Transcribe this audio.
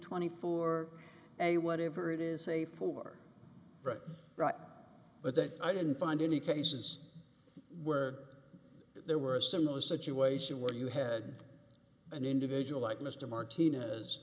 twenty four a whatever it is say for but right but that i didn't find any cases were there were a similar situation where you had an individual like mr martinez